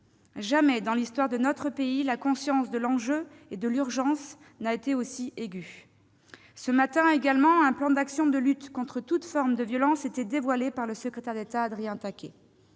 Jamais, dans l'histoire de notre pays, la conscience de l'enjeu et de l'urgence n'a été aussi aiguë. Ce matin également, un plan d'actions de lutte contre toute forme de violence était dévoilé par le secrétaire d'État Adrien Taquet.